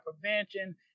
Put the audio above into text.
prevention